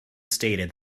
stated